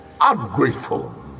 Ungrateful